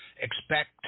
expect